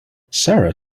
sarah